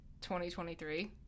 2023